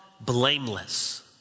blameless